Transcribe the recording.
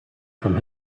from